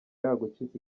yagucitse